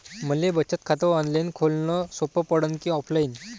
मले बचत खात ऑनलाईन खोलन सोपं पडन की ऑफलाईन?